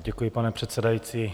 Děkuji, pane předsedající.